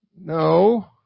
No